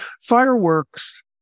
fireworks